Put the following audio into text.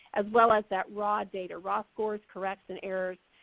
as well as that raw data, raw scores, corrects and errors.